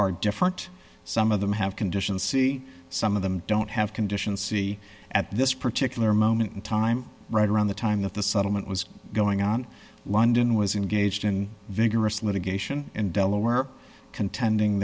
are different some of them have conditions see some of them don't have conditions see at this particular moment in time right around the time that the settlement was going on london was engaged in vigorous litigation in delaware contending